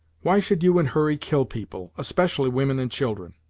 why should you and hurry kill people especially women and children?